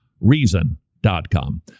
Reason.com